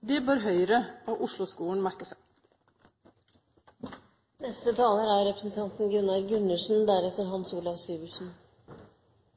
Det bør Høyre og Osloskolen merke